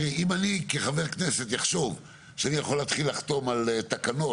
אם אני כחבר כנסת אחשוב שאני יכול להתחיל לחתום על תקנות